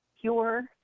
pure